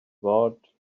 barred